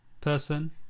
person